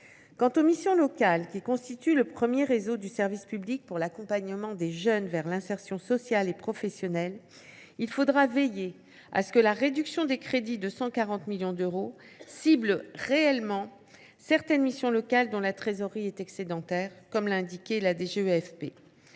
est des missions locales, qui constituent le premier réseau de service public pour l’accompagnement des jeunes vers l’insertion sociale et professionnelle, il faudra veiller à ce que la réduction des crédits de 140 millions d’euros cible réellement certaines missions locales dont la trésorerie est excédentaire, comme l’a indiqué la